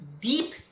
deep